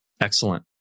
Excellent